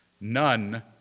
None